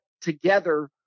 together